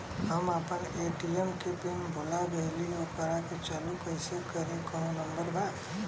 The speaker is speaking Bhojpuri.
हम अपना ए.टी.एम के पिन भूला गईली ओकरा के चालू कइसे करी कौनो नंबर बा?